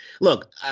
look